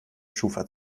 schufa